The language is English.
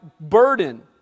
burden